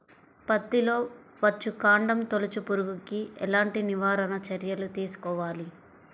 పత్తిలో వచ్చుకాండం తొలుచు పురుగుకి ఎలాంటి నివారణ చర్యలు తీసుకోవాలి?